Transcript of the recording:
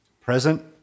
present